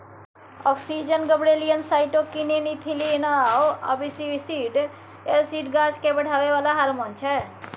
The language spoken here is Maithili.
आक्जिन, गिबरेलिन, साइटोकीनीन, इथीलिन आ अबसिसिक एसिड गाछकेँ बढ़ाबै बला हारमोन छै